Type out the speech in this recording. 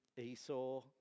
Esau